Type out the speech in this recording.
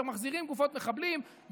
הם מחזירים גופות מחבלים,